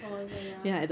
oh ya ya